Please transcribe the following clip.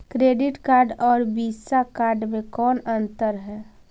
Credit card और Visa card मे कौन अन्तर है?